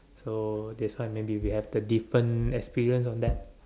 so that's why maybe we have the different experience on that